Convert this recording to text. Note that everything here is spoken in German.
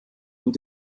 und